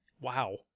Wow